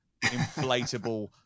inflatable